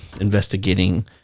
Investigating